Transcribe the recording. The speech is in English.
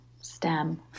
stem